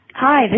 Hi